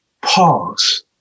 pause